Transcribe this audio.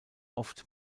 oft